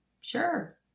Sure